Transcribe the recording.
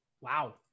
Wow